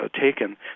taken